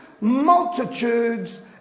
multitudes